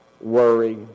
worry